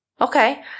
okay